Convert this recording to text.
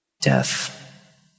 Death